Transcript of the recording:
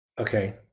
Okay